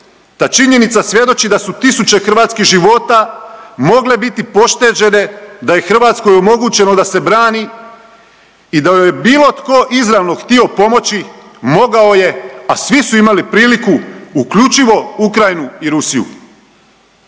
Ta činjenica svjedoči da su tisuće hrvatskih života mogle biti pošteđeno da je Hrvatskoj omogućeno da se brani i da joj je bilo tko izravno htio pomoći mogao je, a svi su imali priliku, uključivo Ukrajinu i Rusiju.